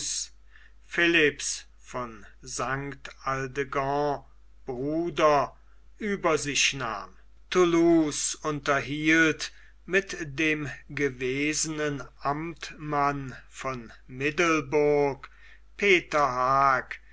philipps von st aldegonde bruder über sich nahm thoulouse unterhielt mit dem gewesenen amtmann von middelburg peter